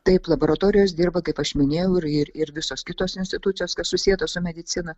taip laboratorijos dirba kaip aš minėjau ir ir ir visos kitos institucijos kas susieta su medicina